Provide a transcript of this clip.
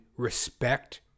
Respect